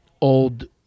old